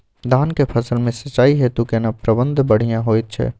धान के फसल में सिंचाई हेतु केना प्रबंध बढ़िया होयत छै?